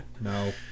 no